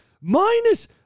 Minus